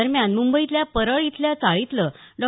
दरम्यान मुंबईतल्या परळ इथल्या चाळीतलं डॉ